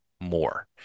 more